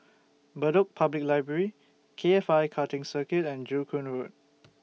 Bedok Public Library K F I Karting Circuit and Joo Koon Road